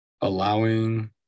allowing